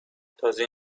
تازه